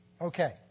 Okay